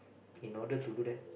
in order to do that